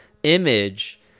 image